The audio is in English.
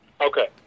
Okay